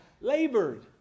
labored